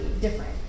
different